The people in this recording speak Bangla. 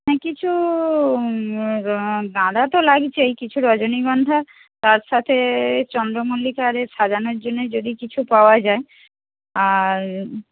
কিছু গাঁদা তো লাগছেই কিছু রজনীগন্ধা তার সাথে চন্দ্রমল্লিকা আর এর সাজানোর জন্য যদি কিছু পাওয়া যায় আর